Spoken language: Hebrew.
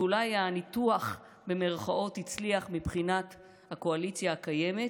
ואולי ה"ניתוח" הצליח מבחינת הקואליציה הקיימת,